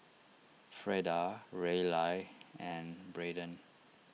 Freda Raleigh and Braedon